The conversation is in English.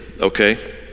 Okay